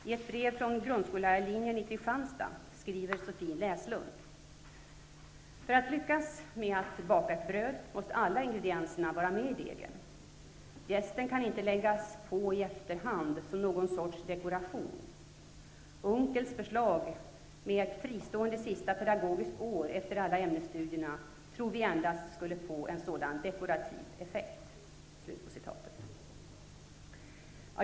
I ett brev från grundskollärarlinjen i Kristianstad skriver Sofie ''För att lyckas med att baka ett bröd måste alla ingredienserna vara med i degen. Jästen kan inte läggas på i efterhand som någon sorts dekoration. Unckels förslag med ett fristående sista pedagogiskt år efter alla ämnesstudierna, tror vi endast skulle få en sådan dekorativ effekt.''